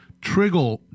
trigger